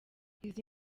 izi